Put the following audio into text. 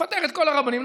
נפטר את כל הרבנים,